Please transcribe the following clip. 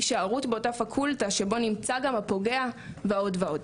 הישארות באותה פקולטה שבה נמצא גם הפוגע ועוד ועוד.